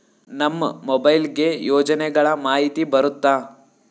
ನಮ್ ಮೊಬೈಲ್ ಗೆ ಯೋಜನೆ ಗಳಮಾಹಿತಿ ಬರುತ್ತ?